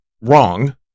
wrong